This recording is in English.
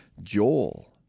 Joel